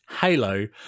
Halo